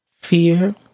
Fear